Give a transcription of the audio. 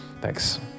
Thanks